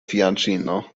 fianĉino